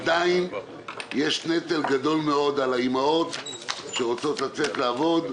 עדיין יש נטל גדול מאוד על האימהות שרוצות לצאת לעבוד.